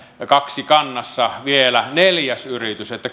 kaksikannassa vielä neljäs yritys että